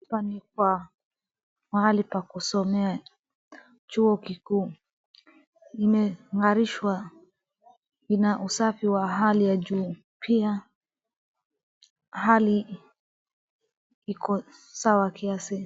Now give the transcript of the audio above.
Hapa ni kwa mahali pa kusomea, chuo kikuu, imeng'arishwa, ina usafi wa hali ya juu, pia hali iko sawa kiasi.